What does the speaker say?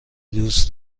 دوست